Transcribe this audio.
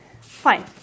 Fine